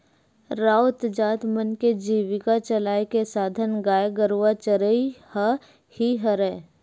राउत जात मन के जीविका चलाय के साधन गाय गरुवा चरई ह ही हरय